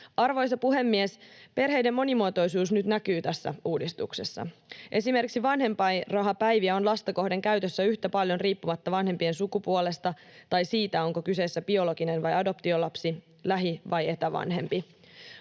Arvoisa puhemies! Perheiden monimuotoisuus näkyy nyt tässä uudistuksessa. Esimerkiksi vanhempainrahapäiviä on lasta kohden käytössä yhtä paljon riippumatta vanhempien sukupuolesta tai siitä, onko kyseessä biologinen vai adoptiolapsi tai lähi- vai etävanhempi.